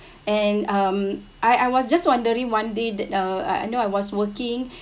and um I I was just wondering one day that uh I know I was working